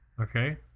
Okay